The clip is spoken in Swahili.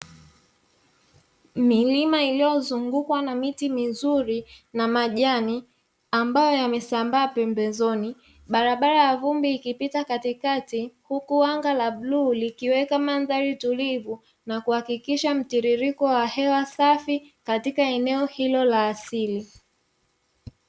Milima iliyozungukwa na miti mizuri na majani ambayo yamesambaa pembezoni, barabara ya vumbi ikipita katikati huku anga la bluu likiweka mandhari tulivu na kuhakikisha mtiririko wa hewa safi katika eneo hilo la asili.